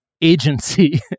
agency